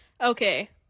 Okay